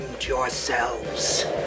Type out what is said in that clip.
yourselves